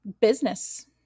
business